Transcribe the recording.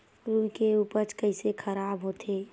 रुई के उपज कइसे खराब होथे?